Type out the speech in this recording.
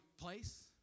place